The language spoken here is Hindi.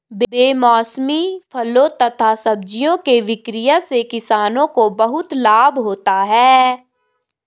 बेमौसमी फलों तथा सब्जियों के विक्रय से किसानों को बहुत लाभ होता है